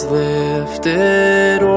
lifted